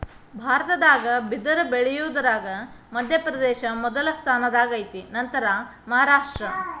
ಭಾರತದಾಗ ಬಿದರ ಬಳಿಯುದರಾಗ ಮಧ್ಯಪ್ರದೇಶ ಮೊದಲ ಸ್ಥಾನದಾಗ ಐತಿ ನಂತರಾ ಮಹಾರಾಷ್ಟ್ರ